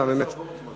זה סגן שר החוץ.